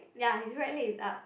ya his right leg is up